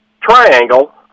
triangle